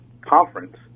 conference